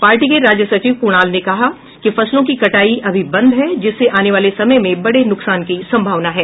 party के राज्य सचिव कुणाल ने कहा कि फसलों की कटाई अभी बंद है जिससे आने वाले समय में बड़े नुकसान की संभावना है